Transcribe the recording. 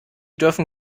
dürfen